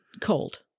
cold